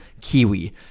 Kiwi